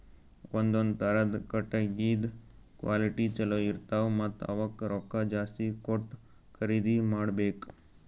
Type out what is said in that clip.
ಒಂದೊಂದ್ ಥರದ್ ಕಟ್ಟಗಿದ್ ಕ್ವಾಲಿಟಿ ಚಲೋ ಇರ್ತವ್ ಮತ್ತ್ ಅವಕ್ಕ್ ರೊಕ್ಕಾ ಜಾಸ್ತಿ ಕೊಟ್ಟ್ ಖರೀದಿ ಮಾಡಬೆಕ್